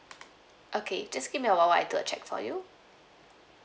okay just give me awhile while I do a check for you